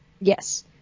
Yes